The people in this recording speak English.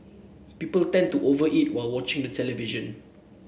people tend to over eat while watching the television